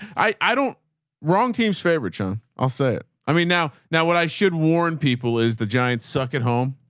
i i don't wrong. team's favorite sean. i'll say it. i mean, now, now what i should warn people is the giant suck at home.